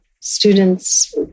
students